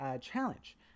challenge